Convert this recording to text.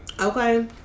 Okay